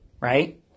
right